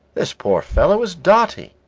this poor fellow is dotty,